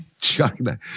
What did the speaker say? China